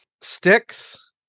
Sticks